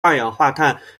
二氧化碳